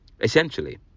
Essentially